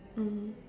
mm